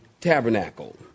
tabernacle